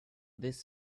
this